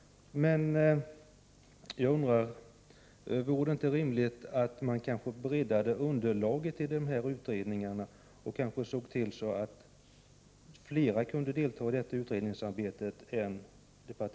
Men jag undrar om det inte vore rimligt att bredda underlaget i utredningarna och se till att fler kunde delta i utredningsarbetet.